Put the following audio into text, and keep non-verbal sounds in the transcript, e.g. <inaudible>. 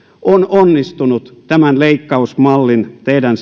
on onnistunut tämän leikkausmallin siis teidän <unintelligible>